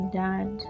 dad